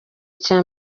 cya